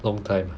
long time